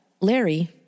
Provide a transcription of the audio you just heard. Larry